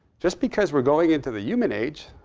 just because we're going into the human age,